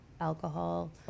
alcohol